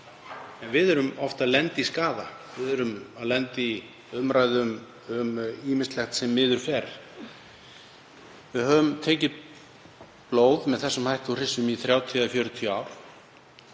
En við erum oft að lenda í skaða og lendum í umræðum um ýmislegt sem miður fer. Við höfum tekið blóð með þessum hætti úr hryssum í 30 eða 40 ár.